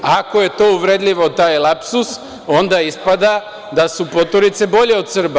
Ako je to uvredljivo, taj lapsus, onda ispada da su poturice bolje od Srba.